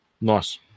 Nice